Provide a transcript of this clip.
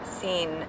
seen